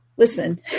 listen